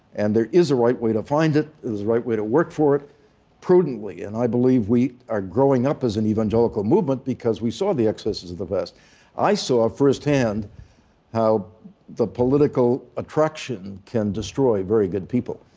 and there is a right way to find it. there is a right way to work for it prudently. and i believe we are growing up as an evangelical movement because we saw the excesses of the past i saw firsthand how the political attraction can destroy very good people.